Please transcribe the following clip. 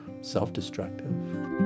self-destructive